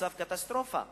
המצב קטסטרופה.